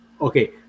okay